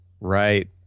right